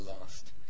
last